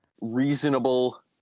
reasonable